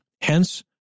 Hence